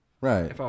Right